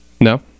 No